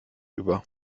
über